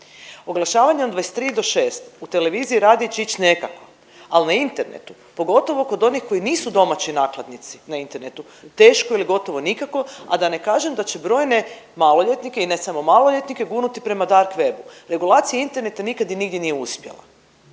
Oglašavanje od 23 do 6 u televiziji, radiju će ići nekako. Ali na internetu pogotovo kod onih koji nisu domaći nakladnici na internetu teško ili gotovo nikako, a da ne kažem da će brojne maloljetnike i ne samo maloljetnike gurnuti prema dark webu. Regulacija interneta nikad i nigdje nije uspjela,